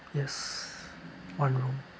yes one room